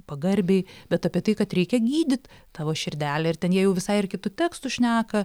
pagarbiai bet apie tai kad reikia gydyt tavo širdelę ir ten jie jau visai ir kitu tekstu šneka